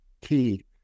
key